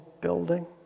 building